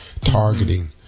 targeting